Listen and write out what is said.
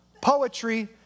poetry